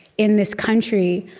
in this country,